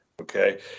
Okay